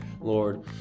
Lord